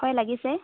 হয় লাগিছে